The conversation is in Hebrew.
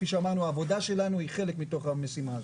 העבודה שלנו היא חלק מתוך המשימה הזאת.